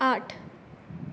आठ